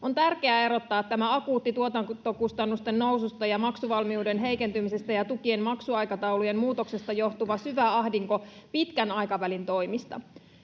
on tärkeää erottaa tämä akuutti tuotantokustannusten noususta ja maksuvalmiuden heikentymisestä ja tukien maksuaikataulujen muutoksesta johtuva syvä ahdinko pitkän aikavälin toimista.